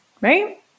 right